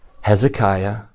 Hezekiah